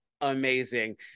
amazing